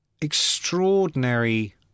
extraordinary